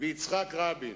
ויצחק רבין,